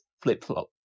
flip-flop